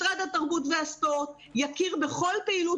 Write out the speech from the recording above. משרד התרבות והספורט יכיר בכל פעילות